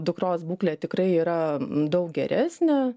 dukros būklė tikrai yra daug geresnė